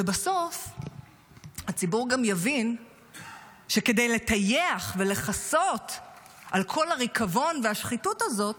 ובסוף הציבור גם יבין שכדי לטייח ולכסות על כל הריקבון והשחיתות הזאת,